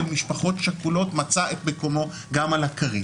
משפחות שכולות מצא את מקומו גם על הכרית.